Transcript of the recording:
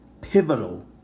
pivotal